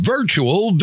Virtual